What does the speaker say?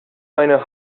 meine